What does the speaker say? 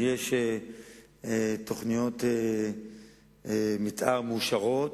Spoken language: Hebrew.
יש תוכניות מיתאר מאושרות.